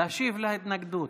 שלוש דקות,